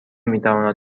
میتواند